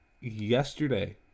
yesterday